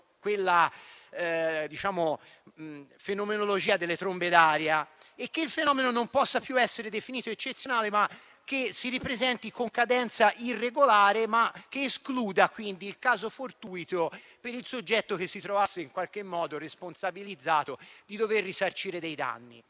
della fenomenologia delle trombe d'aria e che il fenomeno non possa più essere definito eccezionale, anche qualora si ripresenti con cadenza irregolare; si esclude quindi il caso fortuito per il soggetto che si trovasse responsabilizzato a dover risarcire dei danni.